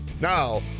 Now